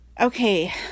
okay